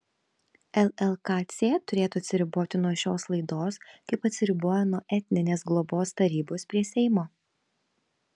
llkc turėtų atsiriboti nuo šios laidos kaip atsiribojo nuo etninės globos tarybos prie seimo